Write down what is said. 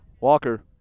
Walker